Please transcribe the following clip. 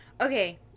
Okay